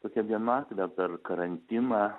tokią vienatvę per karantiną